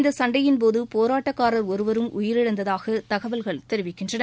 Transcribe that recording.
இந்த சண்டையின்போது போராட்டக்காரர் ஒருவரும் உயிரிழந்ததாக தகவல்கள் தெரிவிக்கின்றன